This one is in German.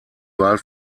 wahl